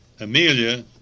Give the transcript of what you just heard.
Amelia